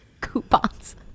Coupons